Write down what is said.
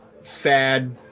sad